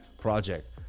project